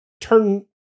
turn